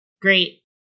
Great